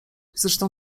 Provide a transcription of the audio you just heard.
zresztą